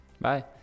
Bye